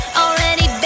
already